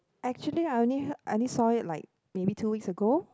actually I only heard I only saw it like maybe two weeks ago